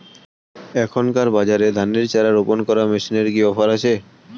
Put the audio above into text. এখনকার বাজারে ধানের চারা রোপন করা মেশিনের কি অফার আছে?